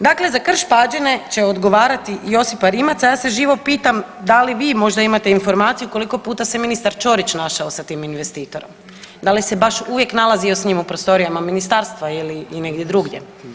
Dakle, za Krš-Pađene će odgovarati Josipa Rimac, a ja se živo pitam da li vi možda imate informaciju koliko puta se ministar Ćorić našao sa tim investitorom, da li se baš uvijek nalazio s njim u prostorijama ministarstva ili i negdje drugdje.